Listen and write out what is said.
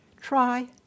try